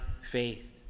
faith